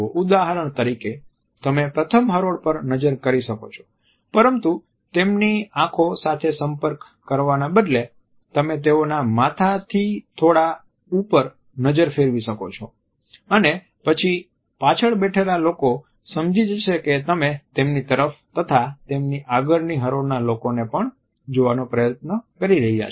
ઉદાહરણ તરીકે તમે પ્રથમ હરોળ પર નજર કરી શકો છો પરંતુ તેમની આંખો સાથે સંપર્ક કરવાના બદલે તમે તેઓના માથાની થોડા ઉપર નજર ફેરવી શકો છો અને પછી પાછળ બેઠેલા લોકો સમજી જશે કે તમે તેમની તરફ તથા તેની આગળની હરોળના લોકોને પણ જોવાનો પ્રયાસ કરી રહ્યા છો